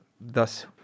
Thus